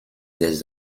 des